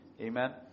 Amen